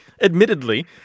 admittedly